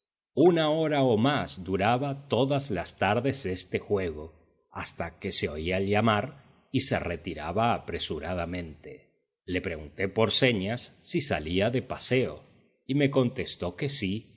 una hora o más duraba todas las tardes este juego hasta que se oía llamar y se retiraba apresuradamente la pregunté por señas si salía de paseo y me contestó que sí